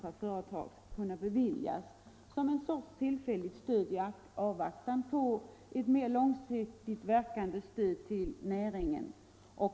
per företag skall kunna beviljas som en sorts tillfälligt stöd i avvaktan på ett mer långsiktigt verkande stöd till näringen.